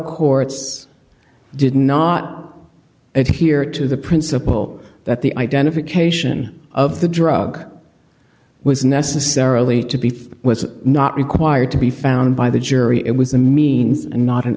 courts did not adhere to the principle that the identification of the drug was necessarily to beef was not required to be found by the jury it was a means and not an